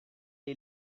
est